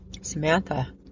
Samantha